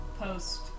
post